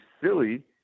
silly